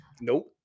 Nope